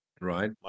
Right